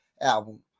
album